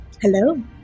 Hello